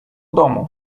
domu